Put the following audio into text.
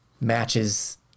matches